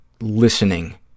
listening